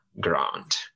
ground